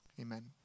Amen